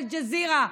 אל-ג'זירה.